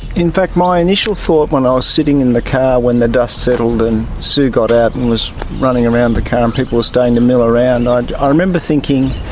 in fact my initial thought when i was sitting in the car when the dust settled and sue got out and was running around the car and people were starting to mill around, ah and ah i remember thinking,